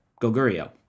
Goguryeo